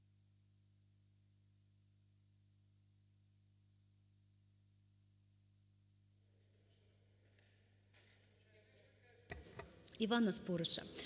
Івана Спориша